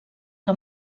que